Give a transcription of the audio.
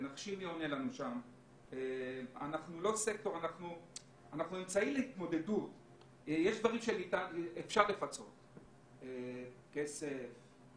תנחשי מי עונה